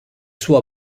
suo